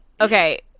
Okay